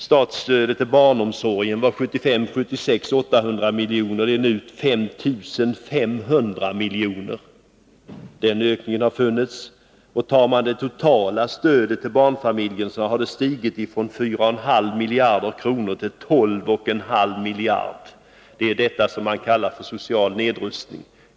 Statsstödet till barnomsorgen var 1975/76 800 miljoner och är nu 5 500 miljoner. Den ökningen har skett. Ser man på det totala stödet till barnfamiljerna finner man att det har stigit från 4,5 miljarder kronor till 12,5 miljarder. Det är detta som man kallar för social nedrustning.